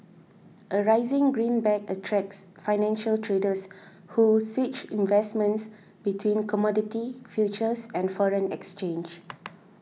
a rising greenback attracts financial traders who switch investments between commodity futures and foreign exchange